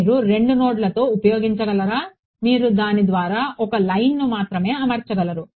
మీరు 2 నోడ్లతో ఉపయోగించగలరా మీరు దాని ద్వారా ఒక లైన్ను మాత్రమే అమర్చగలరు